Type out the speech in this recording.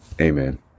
amen